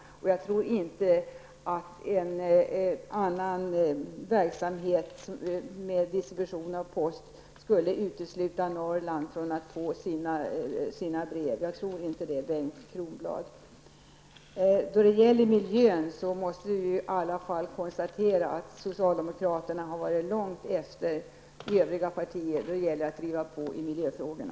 Jag tror inte att en annan verksamhet med distribution av post skulle utesluta dem som bor i Norrland från att få sina brev, Bengt Kronblad. Beträffande miljön måste vi i alla fall konstatera att socialdemokraterna har varit långt efter övriga partier när det gäller att driva på i miljöfrågorna.